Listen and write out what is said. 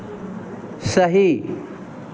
सही